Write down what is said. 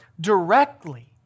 directly